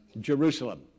Jerusalem